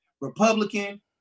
Republican